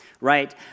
Right